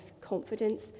confidence